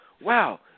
Wow